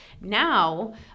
Now